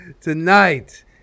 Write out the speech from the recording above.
Tonight